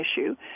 issue